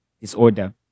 disorder